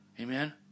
Amen